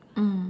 mm